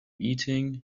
eating